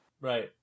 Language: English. Right